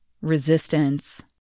resistance